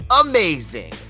amazing